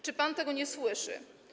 Czy pan tego nie słyszy?